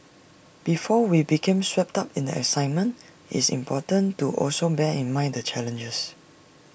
before we become swept up in the excitement it's important to also bear in mind the challenges